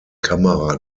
kamera